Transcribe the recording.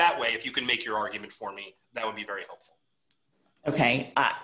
that way if you can make your argument for me that would be very ok